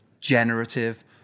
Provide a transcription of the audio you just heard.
generative